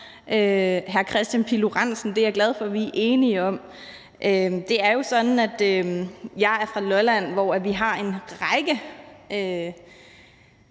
hr. Kristian Pihl Lorentzen – det er jeg glad for at vi er enige om. Det er jo sådan, at jeg er fra Lolland, hvor vi har en række